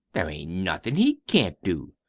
there ain't nothin' he can't do.